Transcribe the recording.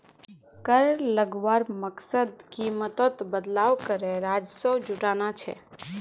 कर लगवार मकसद कीमतोत बदलाव करे राजस्व जुटाना छे